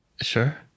sure